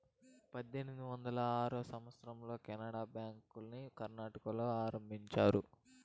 పంతొమ్మిది వందల ఆరో సంవచ్చరంలో కెనరా బ్యాంకుని కర్ణాటకలో ఆరంభించారు